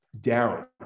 down